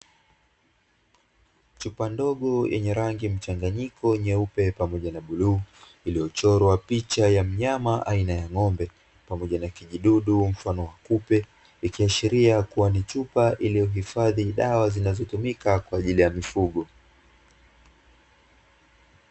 Chupa ndogo yenye rangi mchanganyiko; nyeupe pamoja na bluu, iliyochorwa picha ya mnyama aina ya ng’ombe pamoja na kijidudu mfano wa kupe, ikiashiria kuwa ni chupa iliyohifadhi dawa zinazotumika kwa ajili ya mifugo.